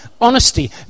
honesty